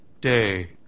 day